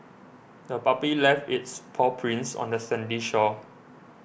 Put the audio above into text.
the puppy left its paw prints on the sandy shore